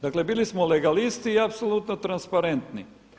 Dakle bili smo legalisti i apsolutno transparentni.